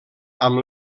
amb